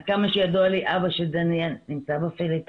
עד כמה שידוע לי, אבא של דניאל נמצא בפיליפינים.